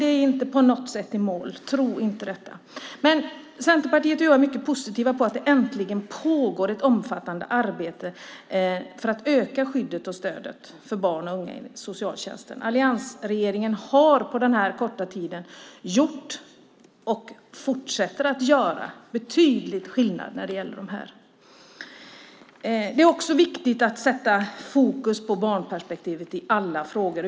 Vi är inte på något sätt i mål. Tro inte det. Centerpartiet och jag är mycket positiva till att det äntligen pågår ett omfattande arbete för att öka skyddet och stödet för barn och unga i socialtjänsten. Alliansregeringen har på denna korta tid gjort mycket och fortsätter att göra skillnad när det gäller detta. Det är också viktigt att sätta fokus på barnperspektivet i alla frågor.